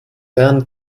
werden